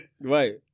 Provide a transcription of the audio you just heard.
Right